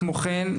כמו כן,